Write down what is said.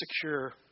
secure